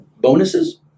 bonuses